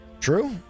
True